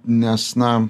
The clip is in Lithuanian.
nes na